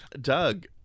Doug